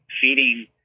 feeding